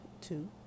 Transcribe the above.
two